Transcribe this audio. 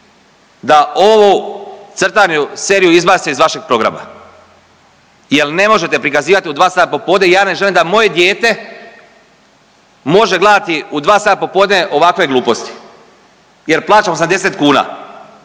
da ovu crtanu seriju izbacite iz vašeg programa, jer ne možete prikazivati u 2 sata popodne i ja ne želim da moje dijete može gledati u 2 sata popodne ovakve gluposti jer plaćam 80 kuna.